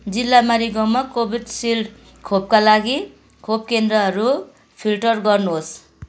जिल्ला मारिगाउँमा कोभिसिल्ड खोपका लागि खोप केन्द्रहरू फिल्टर गर्नुहोस्